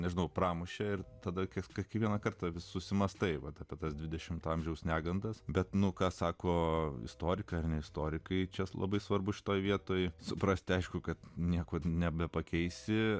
nežinau pramušė ir tada kai kiekvieną kartą vis susimąstai vat apie tas dvidešimto amžiaus negandas bet nu ką sako istorikai istorikai čia labai svarbu šitoje vietoj suprasti aišku kad nieko nebepakeisi